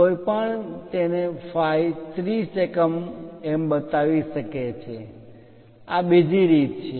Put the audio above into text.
કોઈ પણ તેને phi 30 એકમ એમ બતાવી શકે છે આ બીજી રીત છે